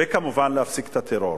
וכמובן להפסיק את הטרור.